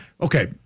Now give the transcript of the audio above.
Okay